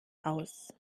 aus